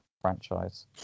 franchise